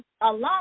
alone